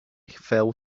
fell